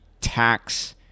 tax